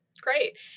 Great